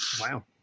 wow